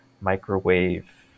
microwave